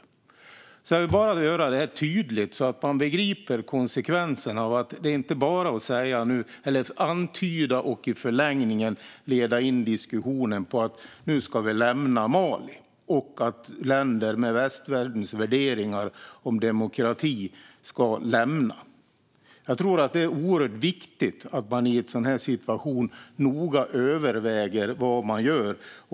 Jag vill att detta ska vara tydligt så att man begriper konsekvenserna. Det är inte bara att antyda och i förlängningen leda in diskussionen på att vi nu ska lämna Mali, det vill säga att länder som omfattar västvärldens värderingar om demokrati ska lämna landet. Det är oerhört viktigt att i en sådan här situation noga överväga vad man säger.